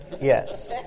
yes